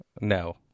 No